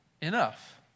enough